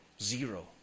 Zero